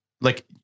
like-